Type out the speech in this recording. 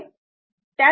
तेव्हा मी हे साफ करतो